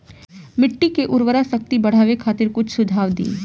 मिट्टी के उर्वरा शक्ति बढ़ावे खातिर कुछ सुझाव दी?